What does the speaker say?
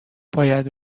باید